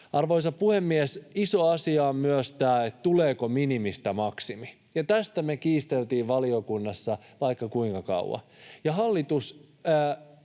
Arvoisa puhemies! Iso asia on myös tämä, tuleeko minimistä maksimi, ja tästä me kiisteltiin valiokunnassa vaikka kuinka kauan.